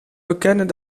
bekennen